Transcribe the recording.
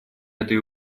этой